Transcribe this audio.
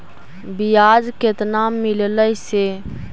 बियाज केतना मिललय से?